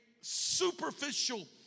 superficial